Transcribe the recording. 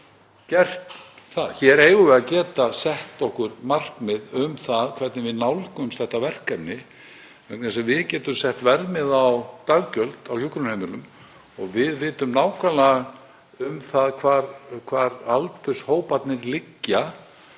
Hér eigum við að geta sett okkur markmið um það hvernig við nálgumst þetta verkefni vegna þess að við getum sett verðmiða á daggjöld á hjúkrunarheimilum og við vitum nákvæmlega hvar aldurshóparnir liggja.